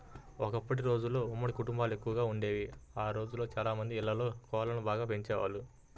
ఒకప్పటి రోజుల్లో ఉమ్మడి కుటుంబాలెక్కువగా వుండేవి, ఆ రోజుల్లో చానా మంది ఇళ్ళల్లో కోళ్ళను బాగా పెంచేవాళ్ళు